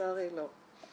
לצערי לא.